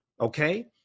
Okay